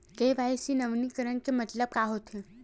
KYC नवीनीकरण के मतलब का होथे?